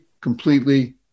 completely